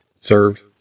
served